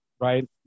right